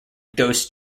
ghost